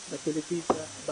בטלוויזיה,